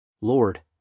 Lord